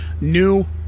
new